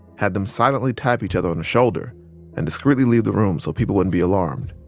had them silently tap each other on the shoulder and discreetly leave the room so people wouldn't be alarmed.